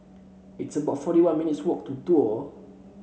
it's about forty one minutes' walk to Duo